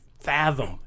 fathom